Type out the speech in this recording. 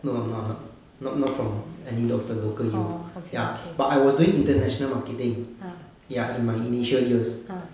no I'm not I'm not not not from any of the local U ya but I was doing international marketing ya to my initial use